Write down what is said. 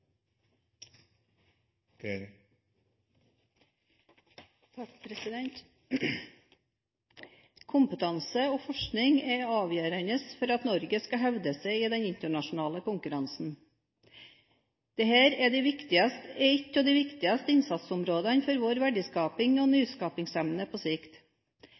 tosporsøkonomien seriøs. Kompetanse og forskning er avgjørende for at Norge skal hevde seg i den internasjonale konkurransen. Dette er et av de viktigste innsatsområdene for vår verdiskapnings- og nyskapningsevne på sikt.